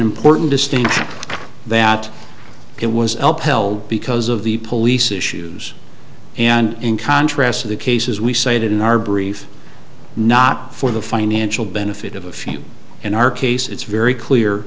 important distinction that it was held because of the police issues and in contrast to the cases we cited in our brief not for the financial benefit of a few in our case it's very clear